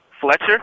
Fletcher